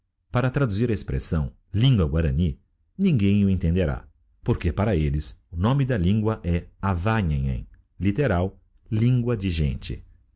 para traduzir a expressão lingua guarany ninguém o entenderá porque para elles o nome da lingua é ava nhenhen literal lingua de gente